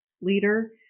leader